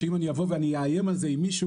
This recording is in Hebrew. אם אני אבוא ואאיים על זה עם מישהו,